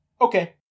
Okay